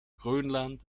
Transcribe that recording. grönland